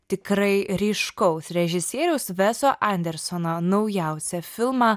tikrai ryškaus režisieriaus veso andersono naujausią filmą